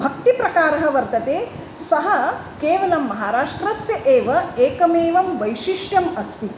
भक्तिप्रकारः वर्तते सः केवलं महाराष्ट्रस्य एव एकम् एवं वैशिष्ट्यम् अस्ति